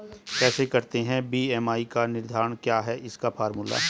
कैसे करते हैं बी.एम.आई का निर्धारण क्या है इसका फॉर्मूला?